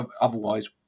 otherwise